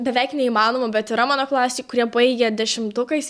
beveik neįmanoma bet yra mano klasėj kurie baigė dešimtukais